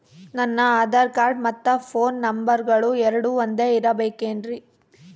ನನ್ನ ಆಧಾರ್ ಕಾರ್ಡ್ ಮತ್ತ ಪೋನ್ ನಂಬರಗಳು ಎರಡು ಒಂದೆ ಇರಬೇಕಿನ್ರಿ?